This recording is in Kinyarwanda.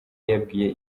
yabwiye